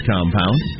Compound